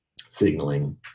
signaling